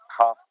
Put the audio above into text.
half